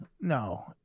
no